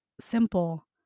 Simple